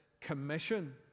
commission